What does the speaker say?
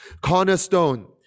cornerstone